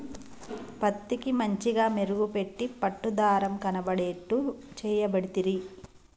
పత్తికి మంచిగ మెరుగు పెట్టి పట్టు దారం ల కనబడేట్టు చేయబడితిరి